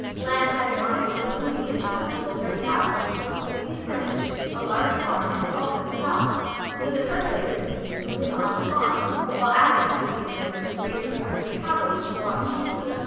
land having on it a roomy and comfortable brick house, completely furnished, a large barn and also stock so that her place could be used to live on and farm, while adam's could be given over to grazing herds of cattle which he bought cheaply,